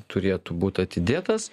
turėtų būt atidėtas